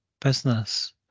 business